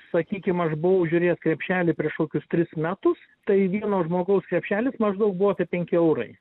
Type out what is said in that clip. sakykim aš buvau žiūrėt krepšelį prieš kokius tris metus tai vieno žmogaus krepšelis maždaug buvo apie penki eurai